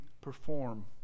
perform